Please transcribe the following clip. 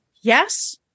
yes